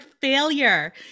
failure